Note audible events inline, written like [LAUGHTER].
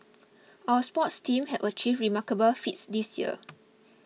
[NOISE] our sports teams have achieved remarkable feats this year [NOISE]